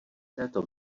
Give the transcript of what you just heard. této